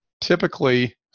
typically